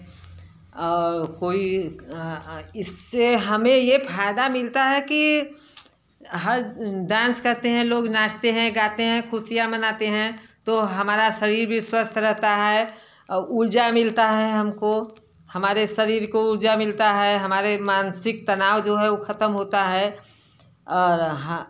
कोई इससे हमें यह फ़ायदा मिलता है कि हर डांस करते हैं लोग नाचते हैं गाते हैं खुशियाँ मनाते हैं तो हमारा शरीर भी स्वस्थ रहता है और ऊर्जा मिलता है हमको हमारे शरीर को ऊर्जा मिलता है हमारे मानसिक तनाव जो है वह खत्म होता है